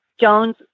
Jones